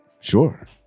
sure